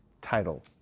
title